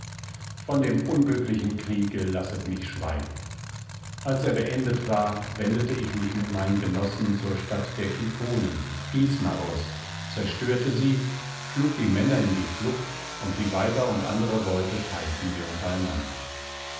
von dem unglücklichen kriege lasset mich schweigen als er beendet war wendete ich mich mit meinen genossen zur stadt der kikonen ismaros zerstörte sie schlug die männer in die flucht und die weiber und andere beute teilten wir untereinander